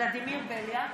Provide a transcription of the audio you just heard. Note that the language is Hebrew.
ולדימיר בליאק,